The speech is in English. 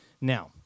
Now